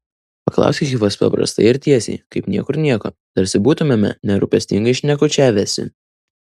paklausė hifas paprastai ir tiesiai kaip niekur nieko tarsi būtumėme nerūpestingai šnekučiavęsi